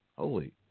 Holy